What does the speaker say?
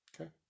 okay